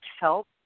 help